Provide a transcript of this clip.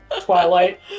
twilight